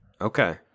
Okay